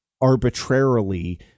arbitrarily